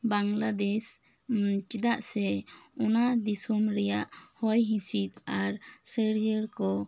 ᱪᱮᱫᱟᱜ ᱥᱮ ᱚᱱᱟ ᱫᱤᱥᱚᱢ ᱨᱮᱭᱟᱜ ᱦᱚᱭ ᱦᱤᱸᱥᱤᱫ ᱟᱨ ᱥᱟᱹᱨᱤᱭᱟᱹᱲ ᱠᱚ